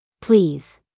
Please